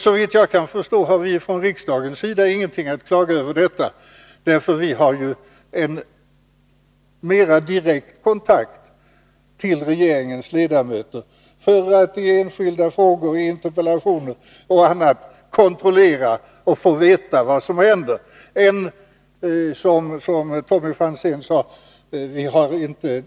Såvitt jag förstår har vi från riksdagens sida ingen anledning att klaga, för vi får möjligheter till en mera direkt kontakt med regeringens ledamöter för att i enskilda ärenden, i interpellationer och annat kontrollera och få veta vad som händer.